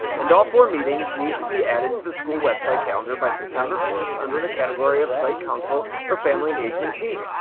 and all four meetings need to be added to the school website calendar by september fifth under the category of site council or family engagement team.